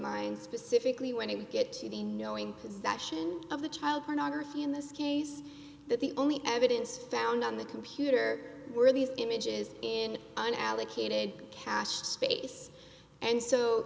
mind specifically when we get to the knowing that of the child pornography in this case that the only evidence found on the computer were these images in an allocated cash space and so